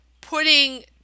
putting